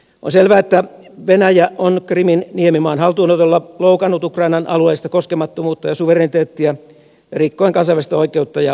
on selvää että venäjä on krimin niemimaan haltuunotolla loukannut ukrainan alueellista koskemattomuutta ja suvereniteettia rikkoen kansainvälistä oikeutta ja sopimuksia